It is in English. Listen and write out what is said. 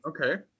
Okay